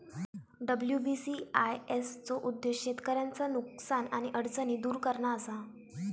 WBCIS चो उद्देश्य शेतकऱ्यांचा नुकसान आणि अडचणी दुर करणा असा